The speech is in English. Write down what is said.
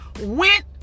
Went